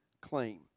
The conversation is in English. claim